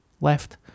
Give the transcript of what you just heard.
left